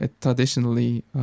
traditionally